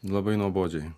labai nuobodžiai